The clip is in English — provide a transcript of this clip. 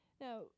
Now